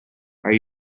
are